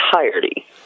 entirety